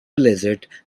blizzard